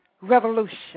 Revolution